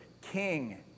king